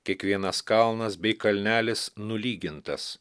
kiekvienas kalnas bei kalnelis nulygintas